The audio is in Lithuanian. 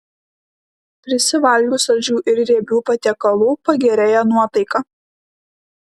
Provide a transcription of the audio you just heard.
prisivalgius saldžių ir riebių patiekalų pagerėja nuotaika